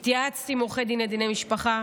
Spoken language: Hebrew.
התייעצתי עם עורכי דין לדיני משפחה,